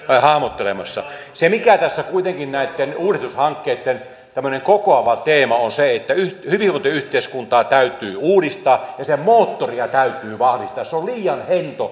hahmottelemassa tässä kuitenkin näitten uudistushankkeitten tämmöinen kokoava teema on se että hyvinvointiyhteiskuntaa täytyy uudistaa ja sen moottoria täytyy vahvistaa tämä moottori on liian hento